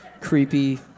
Creepy